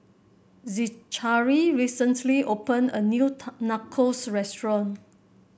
Zechariah recently opened a new Nachos Restaurant